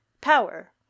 power